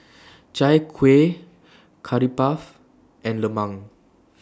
Chai Kuih Curry Puff and Lemang